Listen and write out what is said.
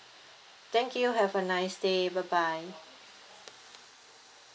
thank you have a nice day bye bye